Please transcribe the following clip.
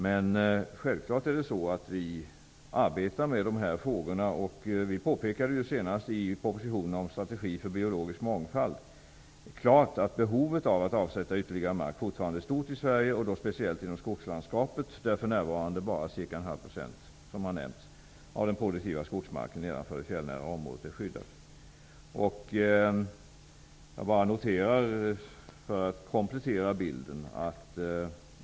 Vi arbetar självfallet med dessa frågor. Senast i propositionen om strategi för biologisk mångfald påpekade vi klart att behovet av att avsätta ytterligare mark fortfarande är stort i Sverige, och då speciellt i skogslandskapet, där för närvarande bara ca 0,5 % av den produktiva skogmarken nedanför det fjällnära området är skyddad.